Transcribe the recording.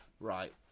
Right